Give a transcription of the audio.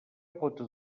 pota